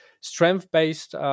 strength-based